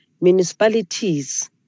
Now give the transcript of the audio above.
municipalities